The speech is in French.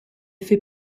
fait